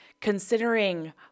considering